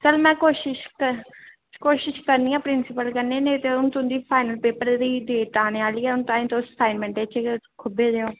चल मै कोशिश कोशिश करनी आं प्रिंसिपल कन्नै नेईं ते हून तुं'दी फाइनल पेपर दी डेट आने आह्ली ऐ हून ताई तुस असाइनमेंट च गै खुब्बे दे ओ